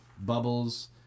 bubbles